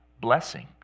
blessing